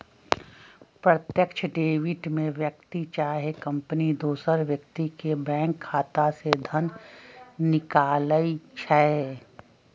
प्रत्यक्ष डेबिट में व्यक्ति चाहे कंपनी दोसर व्यक्ति के बैंक खता से धन निकालइ छै